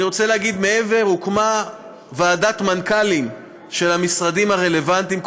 אני רוצה להגיד מעבר לכך: הוקמה ועדת מנכ"לים של המשרדים הרלוונטיים,